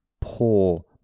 poor